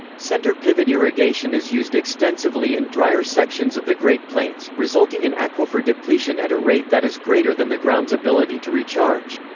center pivot irrigation is used extensively in drier sections of the great plains, resulting in aquifer depletion at a rate that is greater than the ground's ability to recharge.